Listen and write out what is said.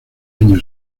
año